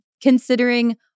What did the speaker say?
Considering